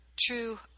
true